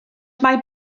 mae